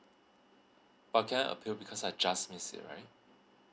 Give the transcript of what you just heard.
but can I appeal because I just missed it right